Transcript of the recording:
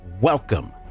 welcome